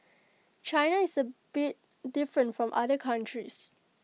China is A bit different from other countries